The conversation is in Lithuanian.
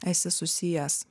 esi susijęs